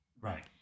Right